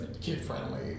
kid-friendly